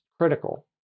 critical